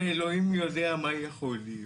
ואלוהים יודע מה יכול להיות.